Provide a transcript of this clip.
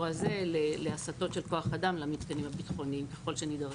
הזה להסתות של כוח אדם למתקנים הביטחוניים ככל שנידרש.